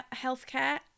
healthcare